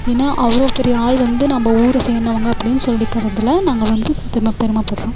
ஏன்னால் அவ்வளோ பெரிய ஆள் வந்து நம்ம ஊரை சேர்ந்தவுங்க அப்படின் சொல்லிக்கிறதுல நாங்கள் வந்து பெருமை பெருமைப்பட்றோம்